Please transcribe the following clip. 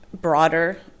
broader